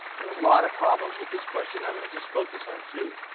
there are a lot of problems with this question. i'm going to just focus on two.